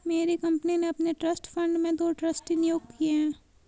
मेरी कंपनी ने अपने ट्रस्ट फण्ड में दो ट्रस्टी नियुक्त किये है